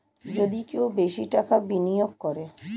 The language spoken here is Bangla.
যদি কেউ বেশি করে টাকা বিনিয়োগ করে